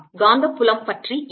காந்தப்புலம் பற்றி என்ன